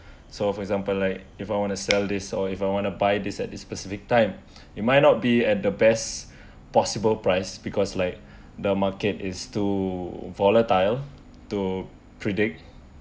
so for example like if I wanna sell this or if I want to buy this at this specific time you might not be at the best possible price because like the market is too volatile to predict